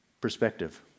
perspective